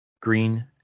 green